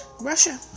Russia